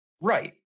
Right